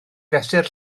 fesur